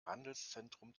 handelszentrum